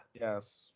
yes